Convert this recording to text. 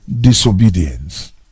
disobedience